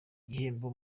gihembo